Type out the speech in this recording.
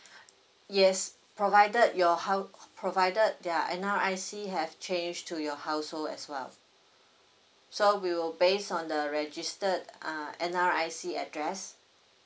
yes provided your house provided your N_R_I_C have changed to your household as well so we will base on the registered uh N_R_I_C address